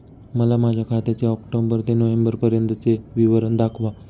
मला माझ्या खात्याचे ऑक्टोबर ते नोव्हेंबर पर्यंतचे विवरण दाखवा